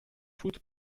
foot